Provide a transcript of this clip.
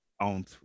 on